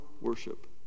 worship